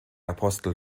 apostel